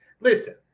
Listen